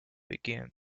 begin